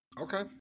Okay